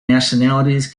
nationalities